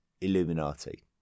Illuminati